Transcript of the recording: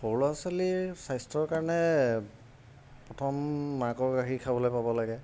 সৰু ল'ৰা ছোৱালীৰ স্বাস্থ্যৰ কাৰণে প্ৰথম মাকৰ গাখীৰ খাবলৈ পাব লাগে